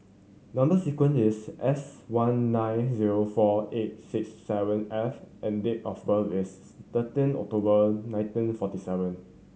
number sequence is S one nine zero four eight six seven F and date of birth is thirteen October nineteen forty seven